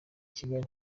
kigali